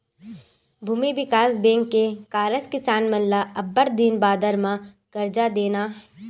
भूमि बिकास बेंक के कारज किसान मन ल अब्बड़ दिन बादर म करजा देना